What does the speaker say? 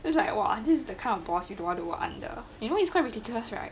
it was like !wah! this is the kind of boss you don't want to under you know hes quite ridiculous right